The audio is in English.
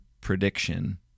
prediction